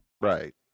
Right